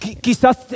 Quizás